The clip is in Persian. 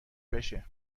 بشه